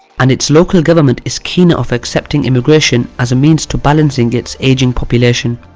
and its local government is keener of accepting immigration as a means to balance and its ageing population.